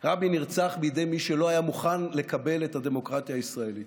רבין נרצח בידי מי שלא היה מוכן לקבל את הדמוקרטיה הישראלית.